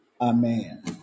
Amen